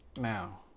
Now